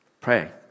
pray